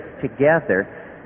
together